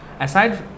Aside